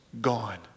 gone